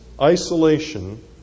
isolation